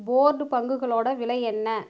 board பங்குகளோட விலை என்ன